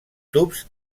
tubs